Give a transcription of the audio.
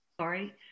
Sorry